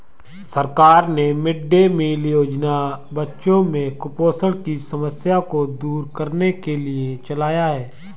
सरकार ने mid day meal योजना बच्चों में कुपोषण की समस्या को दूर करने के लिए चलाया है